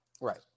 Right